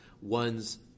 one's